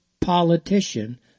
politician